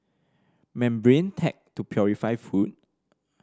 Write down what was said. membrane tech to purify food